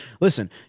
listen